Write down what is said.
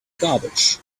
garbage